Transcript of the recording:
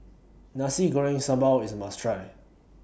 Nasi Goreng Sambal IS A must Try